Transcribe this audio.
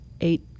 eight